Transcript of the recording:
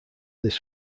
this